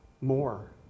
more